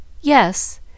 Yes